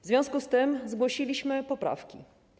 W związku z tym zgłosiliśmy poprawki.